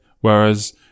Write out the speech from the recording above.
Whereas